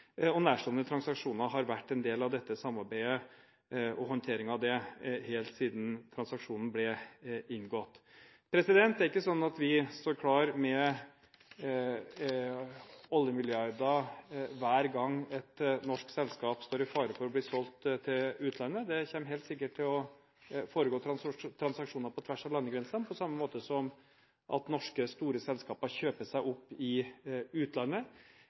og nærstående transaksjoner har vært en del av dette samarbeidet og håndteringen av det helt siden transaksjonen ble inngått. Det er ikke slik at vi står klar med oljemilliarder hver gang et norsk selskap står i fare for å bli solgt til utlandet. Det kommer helt sikkert til å foregå transaksjoner på tvers av landegrensene på samme måte som at norske store selskaper kjøper seg opp i utlandet.